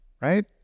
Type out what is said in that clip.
right